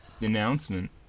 announcement